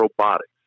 Robotics